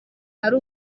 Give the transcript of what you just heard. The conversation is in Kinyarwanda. hari